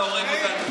אתה הורג אותנו.